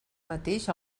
mateix